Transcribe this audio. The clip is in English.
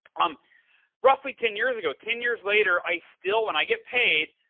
um roughly ten years ago, ten years later i still, when i get paid,